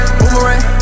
boomerang